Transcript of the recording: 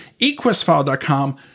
eQuestFile.com